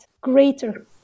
greater